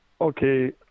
okay